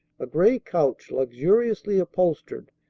a gray couch luxuriously upholstered,